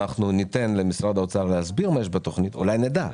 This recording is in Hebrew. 250%. הקרן החדשה שמנהלת מלחמה נגד הממשלה הזאת.